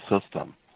system